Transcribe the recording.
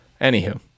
Anywho